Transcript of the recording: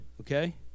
Okay